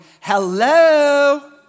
Hello